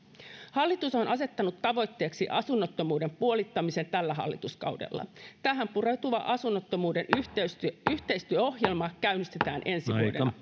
hallitus on asettanut tavoitteeksi asunnottomuuden puolittamisen tällä hallituskaudella tähän pureutuva asunnottomuuden yhteistyöohjelma käynnistetään ensi vuoden